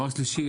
שאלה שלישית,